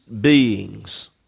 beings